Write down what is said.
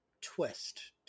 twist